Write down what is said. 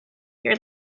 your